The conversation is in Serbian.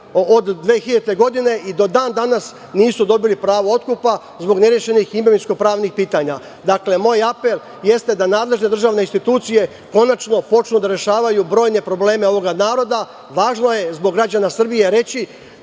od 2000. godine i do dan danas nisu dobili pravo otkupa zbog nerešenih imovinsko pravnih pitanja. Dakle, moj apel jeste da nadležne državne institucije konačno počnu da rešavaju brojne probleme ovog naroda. Važno je zbog građana Srbije reći